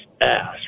ass